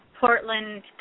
Portland